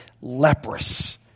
leprous